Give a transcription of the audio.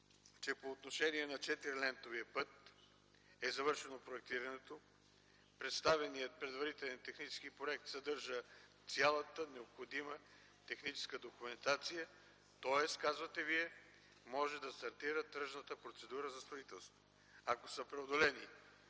че по отношение на 4-лентовия път е завършено проектирането, представеният предварително технически проект съдържа цялата необходима техническа документация. Тоест, казвате Вие, може да стартира тръжната процедура за строителство. Ако са преодолени